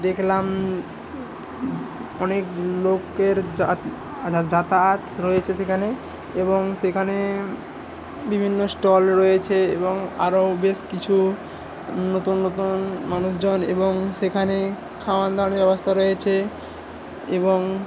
দেখলাম অনেক লোকের যাতায়াত রয়েছে সেখানে এবং সেখানে বিভিন্ন স্টল রয়েছে এবং আরও বেশ কিছু নতুন নতুন মানুষজন এবং সেখানে খাওয়া দাওয়ার ব্যবস্থা রয়েছে এবং